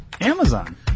Amazon